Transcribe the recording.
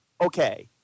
Okay